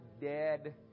dead